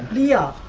and the of